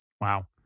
Wow